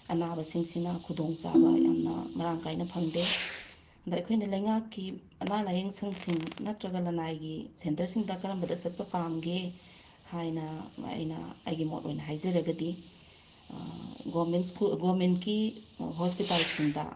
ꯑꯅꯥꯕꯁꯤꯡꯁꯤꯅ ꯈꯨꯗꯣꯡ ꯆꯥꯕ ꯌꯥꯝꯅ ꯃꯔꯥꯡ ꯀꯥꯏꯅ ꯐꯪꯗꯦ ꯑꯗ ꯑꯩꯈꯣꯏꯅ ꯂꯩꯉꯥꯛꯀꯤ ꯑꯅꯥ ꯂꯥꯌꯦꯡꯁꯪꯁꯤꯡ ꯅꯠꯇ꯭ꯔꯒ ꯂꯅꯥꯏꯒꯤ ꯁꯦꯟꯇꯔꯁꯤꯡꯗ ꯀꯔꯝꯕꯗ ꯆꯠꯄ ꯄꯥꯝꯒꯦ ꯍꯥꯏꯅ ꯑꯩꯅ ꯑꯩꯒꯤ ꯃꯣꯠ ꯑꯣꯏꯅ ꯍꯥꯏꯖꯔꯒꯗꯤ ꯒꯣꯃꯦꯟ ꯁ꯭ꯀꯨ ꯒꯣꯃꯦꯟꯀꯤ ꯍꯣꯁꯄꯤꯇꯥꯜꯁꯤꯡꯗ